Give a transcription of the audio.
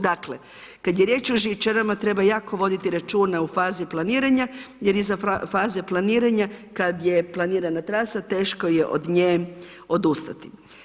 Dakle, kad je riječ o žičarama treba jako voditi računa o fazi planiranja jer iz faze planiranja kad je planirana trasa, teško je od nje odustati.